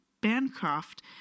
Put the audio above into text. Bancroft